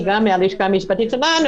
היא גם מהלשכה המשפטית שלנו.